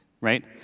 right